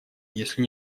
если